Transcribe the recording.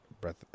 breath